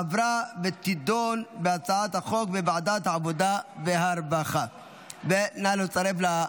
לוועדת העבודה והרווחה נתקבלה.